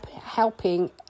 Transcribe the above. helping